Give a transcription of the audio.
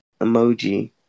emoji